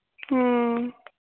ᱦᱮᱸ